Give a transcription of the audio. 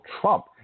Trump